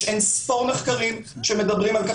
יש אין-ספור מחקרים שמדברים על-כך